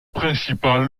principal